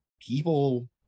people